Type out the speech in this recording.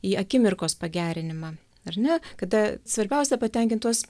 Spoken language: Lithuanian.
į akimirkos pagerinimą ar ne kada svarbiausia patenkint tuos